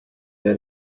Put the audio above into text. day